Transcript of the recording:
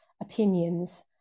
opinions